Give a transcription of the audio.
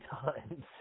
times